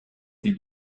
did